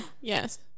Yes